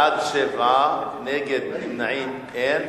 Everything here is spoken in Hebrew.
בעד, 7, נגד, אין, נמנעים, אין.